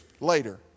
later